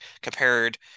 compared